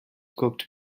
cooked